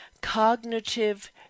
cognitive